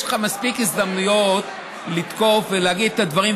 יש לך מספיק הזדמנויות לתקוף ולהגיד את הדברים,